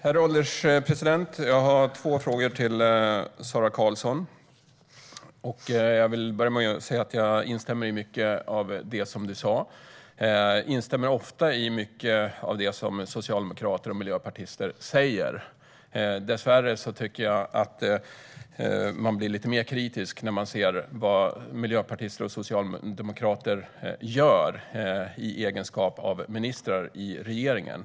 Herr ålderspresident! Jag har två frågor till Sara Karlsson. Jag vill börja med att säga att jag instämmer i mycket av det som du sa, Sara Karlsson. Jag instämmer ofta i mycket av det som socialdemokrater och miljöpartister säger. Dessvärre tycker jag att man blir mer kritisk när man ser vad miljöpartister och socialdemokrater faktiskt gör i egenskap av ministrar i regeringen.